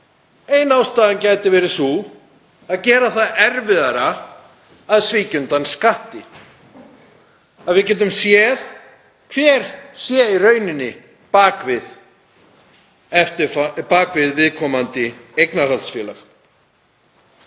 ein ástæðan gæti verið sú að gera það erfiðara að svíkja undan skatti, að við getum séð hver sé í rauninni á bak við viðkomandi eignarhaldsfélag.